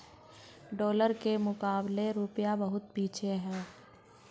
dollar के मुकाबले रूपया बहुत पीछे है